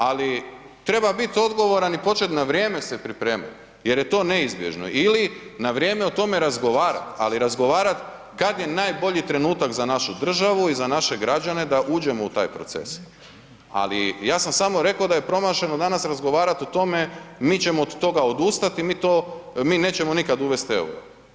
Ali treba biti odgovoran i počet na vrijeme se pripremat jer je to neizbježno ili na vrijeme o tome razgovarat ali razgovarat kad je najbolji trenutak za našu državu i za naše građane da uđemo u taj proces ali ja sam samo rekao da je promašeno danas razgovarat o tome, mi ćemo od toga odustat i mi nećemo nikad uvest euro.